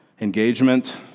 engagement